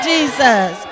Jesus